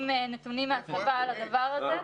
אגף שכר ביקש כמה פעמים נתונים מהצבא על הדבר הזה --- איפה?